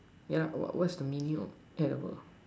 yeah what what's the meaning of that word